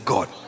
God